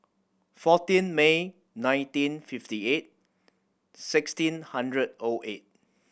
fourteen May nineteen fifty eight sixteen hundred O eight